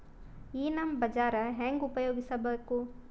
ಈ ನಮ್ ಬಜಾರ ಹೆಂಗ ಉಪಯೋಗಿಸಬೇಕು?